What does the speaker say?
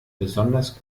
besonders